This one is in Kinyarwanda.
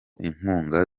inkunga